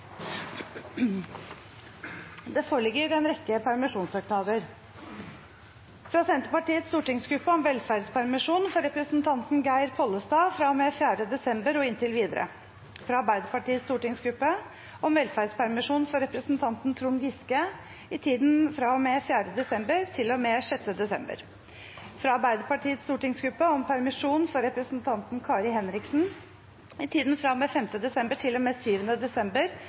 Det foreligger en rekke permisjonssøknader: fra Senterpartiets stortingsgruppe om velferdspermisjon for representanten Geir Pollestad fra og med 4. desember og inntil videre fra Arbeiderpartiets stortingsgruppe om velferdspermisjon for representanten Trond Giske i tiden fra og med 4. desember til og med 6. desember fra Arbeiderpartiets stortingsgruppe om permisjon for representanten Kari Henriksen i tiden fra og med 5. desember til og med 7. desember